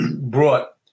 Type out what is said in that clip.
brought